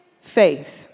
faith